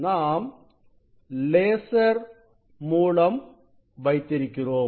நாம் லேசர் மூலம் வைத்திருக்கிறோம்